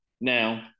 Now